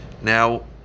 Now